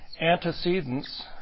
Antecedents